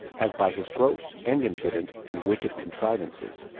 as by his gross, and impudent, and wicked contrivances,